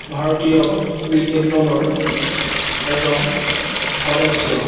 ভাৰতীয় ক্ৰিকেট দলৰ এজন সদস্য